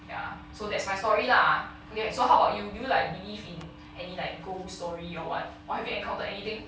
ya so that's my story lah okay so how about you do like believe in any like ghost story or what or have you encounter anything